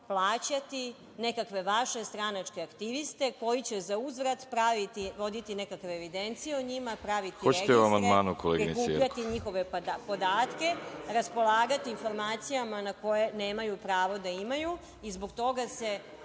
plaćati nekakve vaše stranačke aktiviste koji će zauzvrat praviti, voditi nekakve evidencije o njima, praviti registre, prikupljati njihove podatke, raspolagati informacijama na koje nemaju pravo da imaju. Zbog toga se,